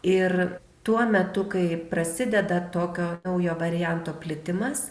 ir tuo metu kai prasideda tokio naujo varianto plitimas